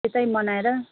त्यतै मनाएर